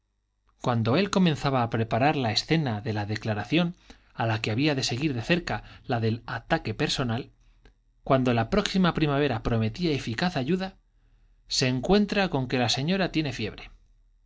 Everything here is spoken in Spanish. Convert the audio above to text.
cuando él comenzaba a preparar la escena de la declaración a la que había de seguir de cerca la del ataque personal cuando la próxima primavera prometía eficaz ayuda se encuentra con que la señora tiene fiebre